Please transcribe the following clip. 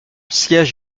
siège